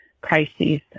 crises